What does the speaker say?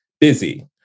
busy